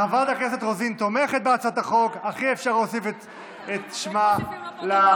חברת הכנסת רוזין תומכת בהצעת החוק אך אי-אפשר להוסיף את שמה לתומכים.